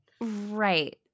Right